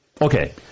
Okay